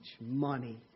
money